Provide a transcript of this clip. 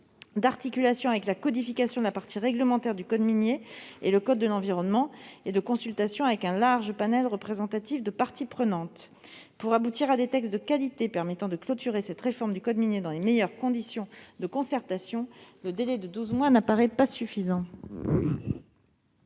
d'articulation entre la partie réglementaire du code minier et le code de l'environnement et de consultation d'un large panel représentatif de parties prenantes. Pour aboutir à des textes de qualité permettant de mettre un terme cette réforme du code minier dans les meilleures conditions de concertation, le délai de douze mois ne paraît pas suffisant.